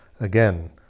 again